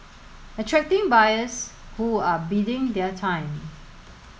attracting buyers who are biding their time